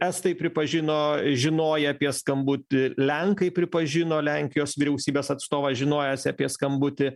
estai pripažino žinoję apie skambutį lenkai pripažino lenkijos vyriausybės atstovas žinojęs apie skambutį